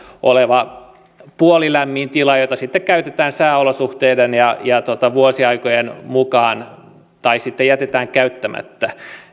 puolilämmin tila jota sitten käytetään sääolosuhteiden ja ja vuosiaikojen mukaan tai sitten jätetään käyttämättä